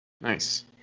Nice